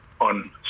on